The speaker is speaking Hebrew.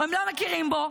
הם לא מכירים בו,